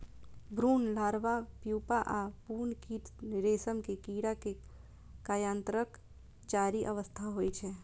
भ्रूण, larva, pupa आ पूर्ण कीट रेशम के कीड़ा के कायांतरणक चारि अवस्था होइ छै